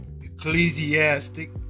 Ecclesiastic